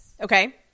Okay